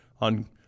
on